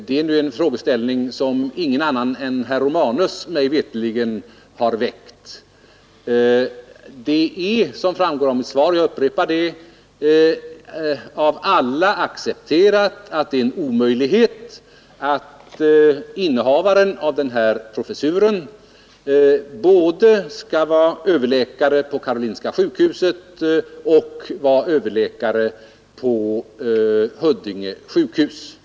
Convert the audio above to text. Det är en frågeställning som ingen annan än herr Romanus, mig veterligt, har väckt. Det framgår av mitt svar och jag upprepar det, att det är av alla accepterat att det är en omöjlighet att innehavaren av denna professur både skall vara överläkare på Karolinska sjukhuset och övertandläkare på Huddinge sjukhus.